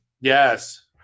Yes